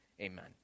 Amen